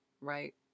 Right